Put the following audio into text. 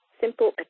Simple